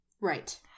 Right